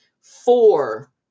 four